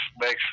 makes